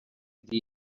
avui